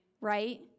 right